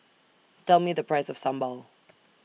Tell Me The Price of Sambal